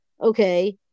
okay